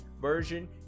version